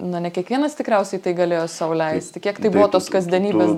na ne kiekvienas tikriausiai tai galėjo sau leisti kiek tai buvo tos kasdienybės